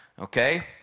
Okay